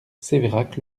sévérac